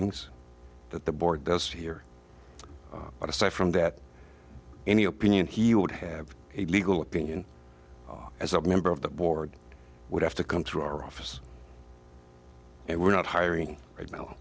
hearings that the board does here but aside from that any opinion he would have a legal opinion as a member of the board would have to come to our office and we're not hiring right now